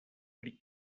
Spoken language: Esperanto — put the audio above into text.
pri